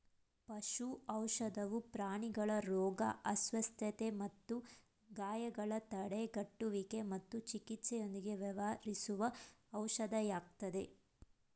ಪಶು ಔಷಧವು ಪ್ರಾಣಿಗಳ ರೋಗ ಅಸ್ವಸ್ಥತೆ ಮತ್ತು ಗಾಯಗಳ ತಡೆಗಟ್ಟುವಿಕೆ ಮತ್ತು ಚಿಕಿತ್ಸೆಯೊಂದಿಗೆ ವ್ಯವಹರಿಸುವ ಔಷಧಿಯಾಗಯ್ತೆ